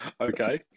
Okay